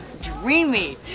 dreamy